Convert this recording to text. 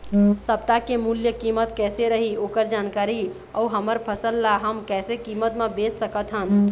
सप्ता के मूल्य कीमत कैसे रही ओकर जानकारी अऊ हमर फसल ला हम कैसे कीमत मा बेच सकत हन?